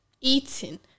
eating